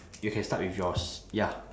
you can start with yours ya